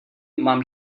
mám